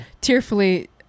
tearfully